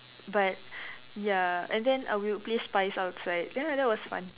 but ya and then uh we would play spies outside ya that was fun